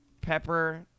Pepper